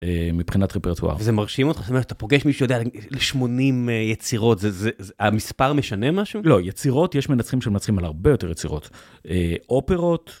אה מבחינת ריפרטואר. וזה מרשים אותך, זאת אומרת, אתה פוגש מישהו שיודע 80 יצירות, המספר משנה משהו? לא, יצירות, יש מנצחים של מנצחים על הרבה יותר יצירות. אה אופרות.